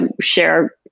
share